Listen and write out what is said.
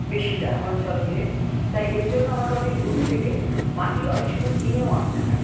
বেশিটা অঞ্চল ঘিরে তাই এর জন্য আমাকে অনেক দূর থেকে মাটি অনেক সময় কিনেও আনতে হয়